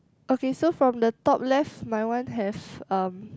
okay so from the top left my one have um